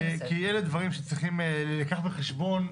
מכיוון שאלה דברים שצריכים להילקח בחשבון,